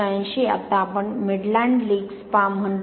1980 आता आपण midland links म्हणतो